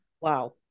wow